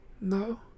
No